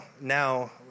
now